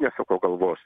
nesuko galvos